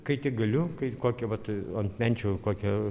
kai tik galiu kai kokią vat ant menčių kokią